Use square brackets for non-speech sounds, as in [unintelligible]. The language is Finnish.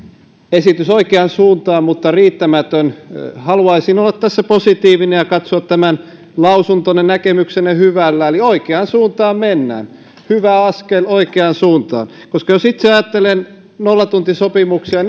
esitys oikeaan suuntaan mutta riittämätön haluaisin olla tässä positiivinen ja katsoa tämän lausuntonne näkemyksenne hyvällä eli oikeaan suuntaan mennään hyvä askel oikeaan suuntaan jos itse ajattelen nollatuntisopimuksia [unintelligible]